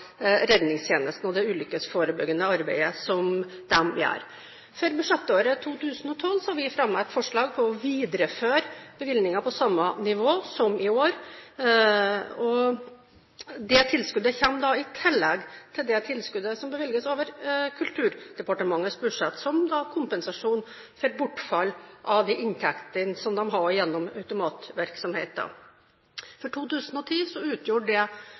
budsjettåret 2012 har vi fremmet et forslag om å videreføre bevilgninger på samme nivå som i år. Det tilskuddet kommer i tillegg til det tilskuddet som bevilges over Kulturdepartementets budsjett, da som kompensasjon for bortfallet av de inntektene som de hadde gjennom spilleautomatvirksomheten. For 2010 utgjorde det beløpet 133 mill. kr. Så kan en stille spørsmål om det